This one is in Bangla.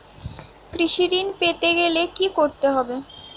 কৃষি ঋণ পেতে গেলে কি করতে হবে?